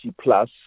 plus